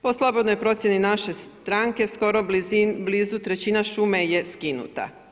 Po slobodnoj procjeni naše stranke skoro blizu trećina šume je skinuta.